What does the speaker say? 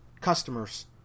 customers